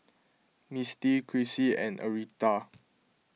Misty Krissy and Aretha